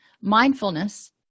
mindfulness